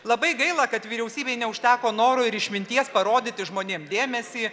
labai gaila kad vyriausybei neužteko noro ir išminties parodyti žmonėm dėmesį